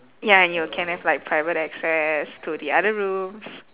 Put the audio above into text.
ya and you can have like private access to the other rooms